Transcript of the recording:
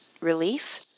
relief